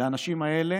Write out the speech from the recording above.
לאנשים האלה